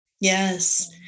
Yes